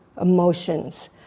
emotions